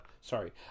sorry